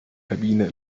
kabine